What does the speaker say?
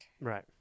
right